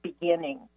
beginning